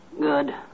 Good